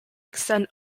extend